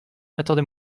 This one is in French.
attendez